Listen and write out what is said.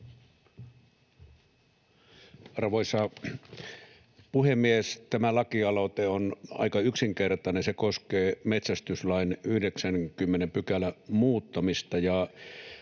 Arvoisa puhemies! Tämä lakialoite on aika yksinkertainen. Se koskee metsästyslain 90 §:n muuttamista,